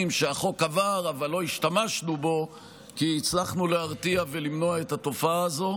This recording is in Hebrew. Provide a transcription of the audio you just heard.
שהחוק עבר אבל לא השתמשנו בו כי הצלחנו להרתיע ולמנוע את התופעה הזו.